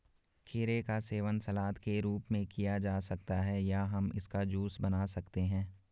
खीरे का सेवन सलाद के रूप में किया जा सकता है या हम इसका जूस बना सकते हैं